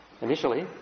initially